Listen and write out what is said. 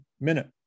Minute